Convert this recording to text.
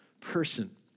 person